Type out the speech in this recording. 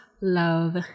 Love